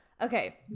Okay